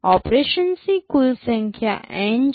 ઓપરેશન્સની કુલ સંખ્યા N છે